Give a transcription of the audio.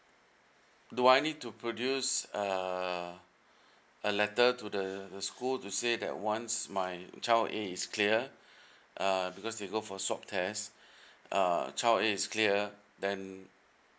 do I need to produce uh a letter to the the school to say that once my child a is cleared uh because they go for swab test uh child a is cleared then